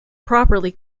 properly